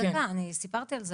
רגע שנייה, דקה, אני סיפרתי על זה.